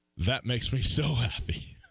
that makes me so happy